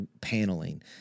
paneling